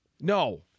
No